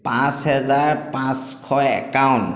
পাঁচ হাজাৰ পাঁচশ একাৱন